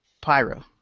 Pyro